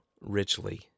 richly